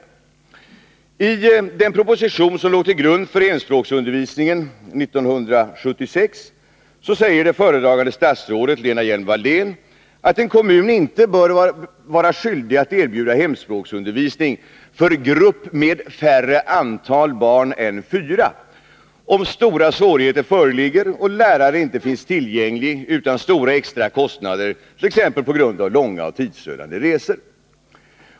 I den proposition år 1976 som låg till grund för hemspråksundervisningen säger det föredragande statsrådet Lena Hjelm-Wallén att en kommun inte bör vara skyldig att erbjuda hemspråksundervisning för grupp med färre antal barn än fyra, om stora svårigheter föreligger och lärare inte finns tillgänglig utan stora extra kostnader, t.ex. på grund av långa och tidsödande resor.